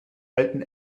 alten